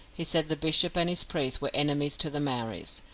he said the bishop and his priests were enemies to the maoris.